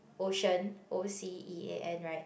ocean O C E A N right